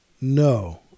No